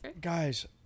Guys